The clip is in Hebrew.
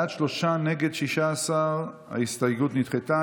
בעד, שלושה, נגד, 16. ההסתייגות נדחתה.